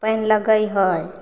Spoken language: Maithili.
पानि लगै हइ